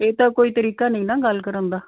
ਇਹ ਤਾਂ ਕੋਈ ਤਰੀਕਾ ਨਹੀਂ ਨਾ ਗੱਲ ਕਰਨ ਦਾ